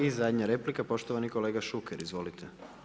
I zadnja replika, poštovani kolega Šuker, izvolite.